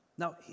Now